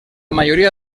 mayoría